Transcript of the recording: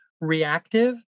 reactive